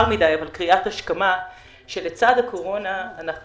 קריאת השכמה שלצד הקורונה אנחנו